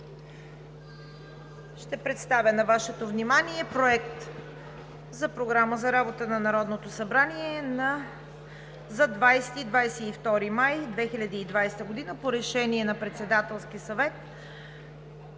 Ще представя на Вашето внимание Проект на програма за работа на Народното събрание за 20 – 22 май 2020 г.: По решение на Председателския съвет